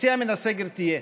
יציאה מן הסגר תהיה.